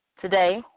today